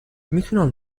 میتونم